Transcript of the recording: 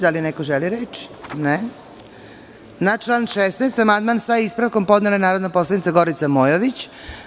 Da li neko želi reč? (Ne) Na član 16. amandman sa ispravkom podnela je narodni poslanik Gorica Mojović.